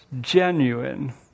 genuine